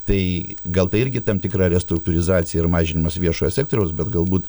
tai gal tai irgi tam tikra restruktūrizacija ir mažinimas viešojo sektoriaus bet galbūt